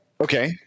Okay